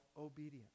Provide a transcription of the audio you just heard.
obedience